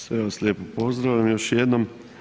Sve vas lijepo pozdravljam još jednom.